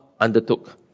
undertook